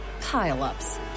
pile-ups